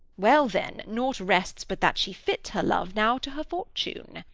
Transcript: well then nought rests but that she fit her love now to her fortune.